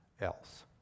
else